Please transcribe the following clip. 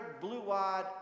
blue-eyed